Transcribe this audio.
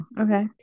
okay